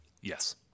yes